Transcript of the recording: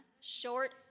Short